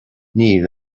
níl